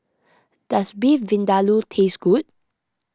does Beef Vindaloo taste good